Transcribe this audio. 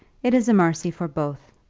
it is a mercy for both.